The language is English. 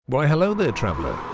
why hello there traveller.